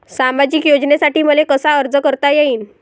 सामाजिक योजनेसाठी मले कसा अर्ज करता येईन?